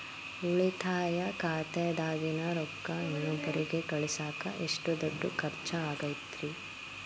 ಉಳಿತಾಯ ಖಾತೆದಾಗಿನ ರೊಕ್ಕ ಇನ್ನೊಬ್ಬರಿಗ ಕಳಸಾಕ್ ಎಷ್ಟ ದುಡ್ಡು ಖರ್ಚ ಆಗ್ತೈತ್ರಿ?